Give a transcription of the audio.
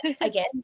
again